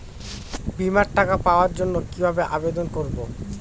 বিমার টাকা পাওয়ার জন্য কিভাবে আবেদন করব?